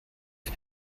but